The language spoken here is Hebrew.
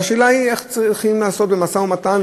והשאלה היא איך צריכים לעשות משא-ומתן,